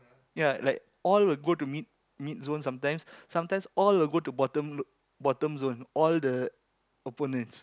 ya like all will go to mid mid zone sometimes sometimes all will go to bottom bottom zone all the opponents